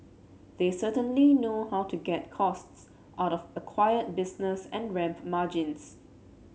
they certainly know how to get costs out of acquired business and ramp margins